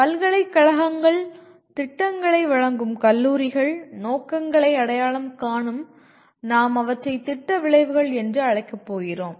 பல்கலைக்கழகங்கள் திட்டங்களை வழங்கும் கல்லூரிகள் "நோக்கங்களை" அடையாளம் காணும் நாம் அவற்றை "திட்ட விளைவுகள்" என்று அழைக்கப் போகிறோம்